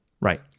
Right